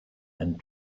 and